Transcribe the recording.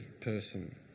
person